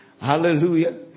Hallelujah